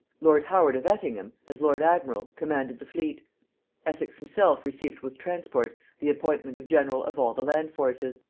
lord howard of effingham, as lord admiral, commanded the fleet essex himself received with transport the appointment of general of all the land-forces,